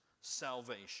salvation